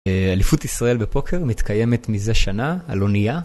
אליפות ישראל בפוקר מתקיימת מזה שנה על אניה.